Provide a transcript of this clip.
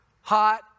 hot